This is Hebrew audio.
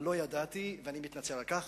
לא ידעתי, ואני מתנצל על כך.